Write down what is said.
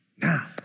Now